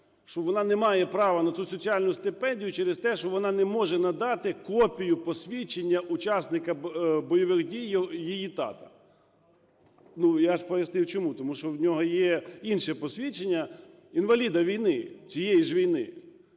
вона не має права на цю соціальну стипендію через те, що вона не може надати копію посвідчення учасника бойових дій її тата. Я ж пояснив чому: тому що в нього є інше посвідчення - інваліда війни, цієї ж війни.